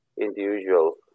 individual